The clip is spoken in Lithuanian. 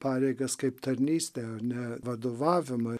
pareigas kaip tarnystę o ne vadovavimą